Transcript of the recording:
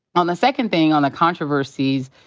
on the second thing, on the controversies,